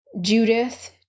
Judith